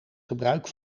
gebruik